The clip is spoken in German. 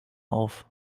auf